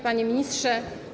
Panie Ministrze!